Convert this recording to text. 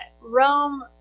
Rome